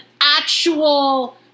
actual